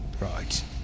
right